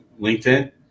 LinkedIn